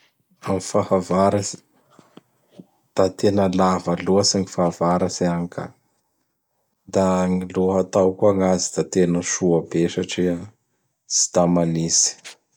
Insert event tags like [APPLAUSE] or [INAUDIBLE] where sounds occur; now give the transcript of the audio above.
[NOISE] Am fahavaratsy; [NOISE] da tena [NOISE] lava loatsy gny fahavaratsy agny ka. Da gny lohatao koa gn'azy da tena soa be satria tsy da manitsy. [NOISE]